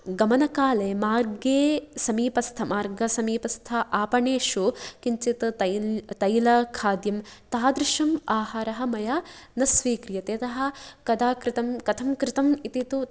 गमनकाले मार्गे समीपस्थ मार्ग समीपस्थ आपणेषु किञ्चित् तैल तैलखाद्यं तादृशं आहारः मया न स्वीक्रियते यतः कदा कृतं कथं कृतम् इति तु